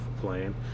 playing